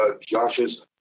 Josh's